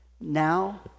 now